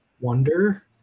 wonder